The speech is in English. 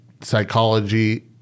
psychology